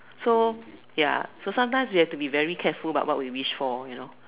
so ya so sometimes we have to be very careful about what wish for you know